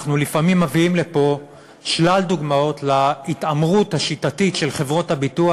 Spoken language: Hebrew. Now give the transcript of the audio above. אנחנו לפעמים מביאים לפה שלל דוגמאות להתעמרות השיטתית של חברות הביטוח,